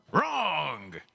Wrong